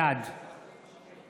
בעד